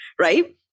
right